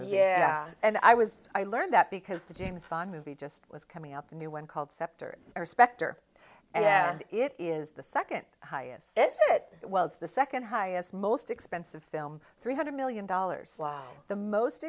yeah and i was i learned that because the james bond movie just was coming out the new one called scepter or specter and it is the second highest is it well it's the second highest most expensive film three hundred million dollars the most